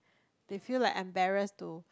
they feel like embarrassed to